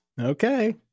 Okay